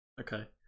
Okay